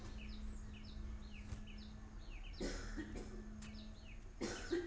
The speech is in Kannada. ಮೊಬೈಲ್ ನಲ್ಲಿ ಯು.ಪಿ.ಐ ಮಾಡ್ಲಿಕ್ಕೆ ಯಾವ ಆ್ಯಪ್ ಒಳ್ಳೇದು?